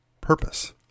purpose